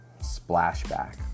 splashback